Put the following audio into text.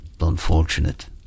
unfortunate